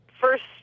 first